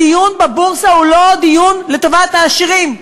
הדיון בבורסה הוא לא דיון לטובת העשירים,